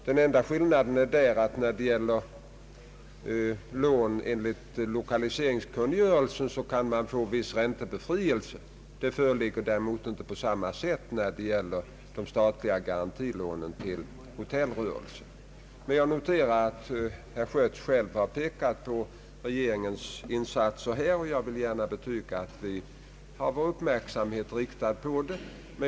Den enda skillnaden är att för lån enligt lokaliseringskungörelsen kan man få viss räntebefrielse, vilket man inte kan få när det gäller statliga garantilån till hotellrörelse. Jag noterar alltså att herr Schött själv har pekat på regeringens insatser för Öland, och jag vill gärna betona att vi har vår uppmärksamhet riktad på dessa problem.